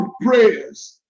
prayers